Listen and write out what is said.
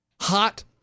Hot